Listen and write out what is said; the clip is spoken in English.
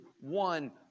one